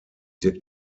did